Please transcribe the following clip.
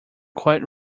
quite